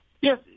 Yes